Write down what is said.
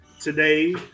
today